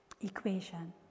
equation